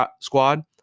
squad